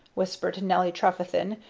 whispered nelly trefethen,